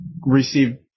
received